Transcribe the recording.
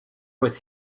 with